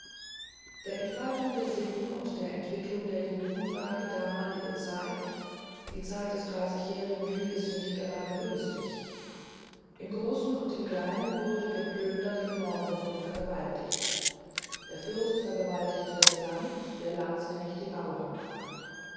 der entfaltung der sitten und der entwicklung der tugend war die zeit des dreißigjährigen krieges nicht gerade günstig im großen und im kleinen wurde geplündert gemordet und vergewaltigt der fürst vergewaltigte das land der landsknecht die